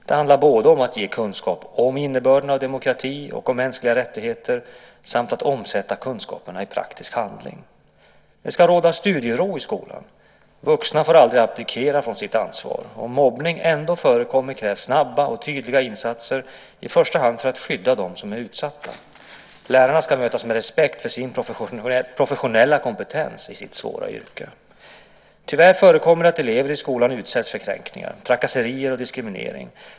Det handlar både om att ge kunskap om innebörden av demokrati och om mänskliga rättigheter samt att omsätta kunskaperna i praktisk handling. Det ska råda studiero i skolan. Vuxna får aldrig abdikera från sitt ansvar. Om mobbning ändå förekommer krävs snabba och tydliga insatser, i första hand för att skydda dem som är utsatta. Lärarna ska mötas med respekt för sin professionella kompetens i sitt svåra yrke. Tyvärr förekommer det att elever i skolan utsätts för kränkningar, trakasserier och diskriminering.